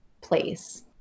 place